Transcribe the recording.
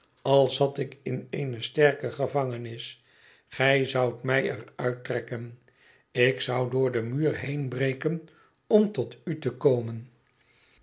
al zat ik in eene sterke gevangenis gij zoudt mij er uit trekken ik zou door den muur heen breken om tot u te komen